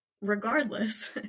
Regardless